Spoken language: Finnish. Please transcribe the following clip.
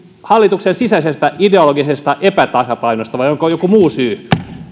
hallituksen sisäisestä ideologisesta epätasapainosta vai onko joku muu syy